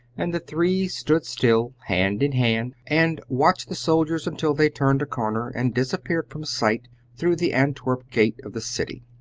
and the three stood still, hand in hand, and watched the soldiers until they turned a corner and disappeared from sight through the antwerp gate of the city.